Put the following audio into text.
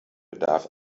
bedarf